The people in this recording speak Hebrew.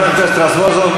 חבר הכנסת רזבוזוב,